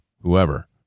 whoever